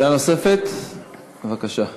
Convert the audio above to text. שאלה נוספת, בבקשה.